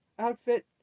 outfit